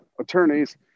attorneys